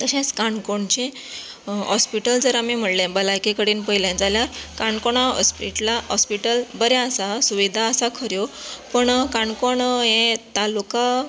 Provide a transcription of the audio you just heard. तशेंच काणकोणचे हॉस्पिटल जर आमी म्हणलें भलायके कडेन पळयलें जाल्यार काणकोणा हॉस्पिटला हॉस्पिटल बरें आसा सुविधा आसा खऱ्यो पण काणकोण हें तालुका